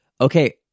Okay